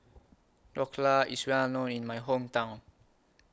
Dhokla IS Well known in My Hometown